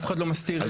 אף אחד לא מסתיר.